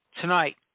tonight